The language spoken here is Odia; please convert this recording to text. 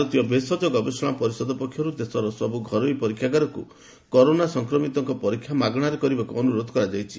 ଭାରତୀୟ ଭେଷଜ ଗବେଷଣା ପରିଷଦ ପକ୍ଷରୁ ଦେଶର ସବୁ ଘରୋଇ ପରୀକ୍ଷାଗାରକୁ କରୋନା ସଂକ୍ମିତଙ୍କ ପରୀକ୍ଷା ମାଗଣାରେ କରିବାକୁ ଅନୁରୋଧ କରାଯାଇଛି